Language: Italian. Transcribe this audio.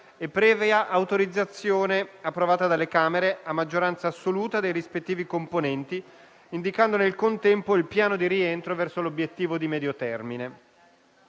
e previa autorizzazione approvata dalle Camere a maggioranza assoluta dei rispettivi componenti, indicando nel contempo il piano di rientro verso l'obiettivo di medio termine.